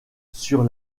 sur